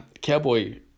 Cowboy